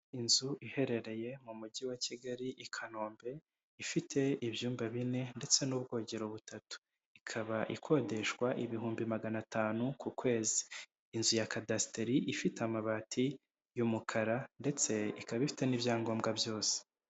Inzu iherereye mu mujyi wa Kigali i Kanombe, ifite ibyumba bine ndetse n'ubwogero butatu. Ikaba ikodeshwa ibihumbi magana atanu ku kwezi. Inzu ya kadasitire, ifite amabati y'umukara ndetse ikaba ifite n'ibyangombwa byose.